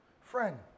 Friend